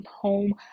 home